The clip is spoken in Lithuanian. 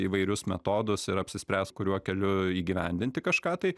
įvairius metodus ir apsispręs kuriuo keliu įgyvendinti kažką tai